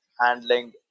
handling